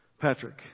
Patrick